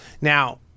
Now